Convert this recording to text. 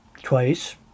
twice